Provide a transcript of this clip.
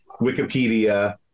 Wikipedia